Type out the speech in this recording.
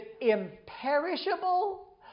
imperishable